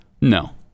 No